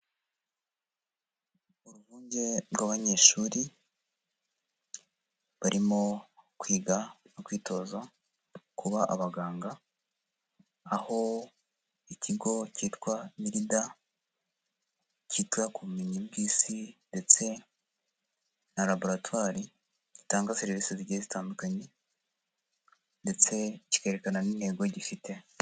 Ururwunge rw'abanyeshuri, barimo kwiga no kwitoza kuba abaganga, aho ikigo cyitwa NIRDA cyita ku bumenyi bw'isi ndetse na laboratwari, gitanga serivisi zigiye zitandukanye, ndetse kikerekana n'intego gifite.